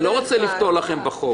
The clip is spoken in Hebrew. אני לא רוצה לפתור לכם בחוק.